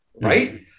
right